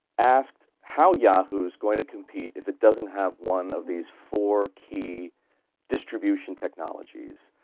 asked how yahoo is going to compete if it doesn't have one of these four key distribution technologies.